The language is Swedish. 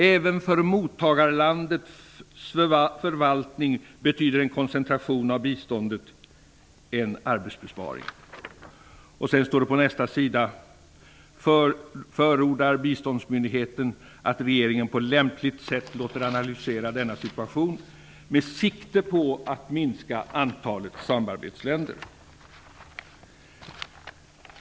Även för mottagarlandets förvaltning betyder en koncentration av biståndet en arbetsbesparing. På nästa sida står det att biståndsmyndigheten förordar att regeringen på lämpligt sätt låter analysera denna situation med sikte på att minska antalet samarbetsländer.